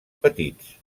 petits